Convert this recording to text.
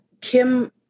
Kim